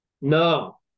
No